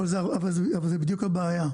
אבל זו בדיוק הבעיה,